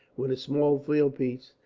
with a small field piece,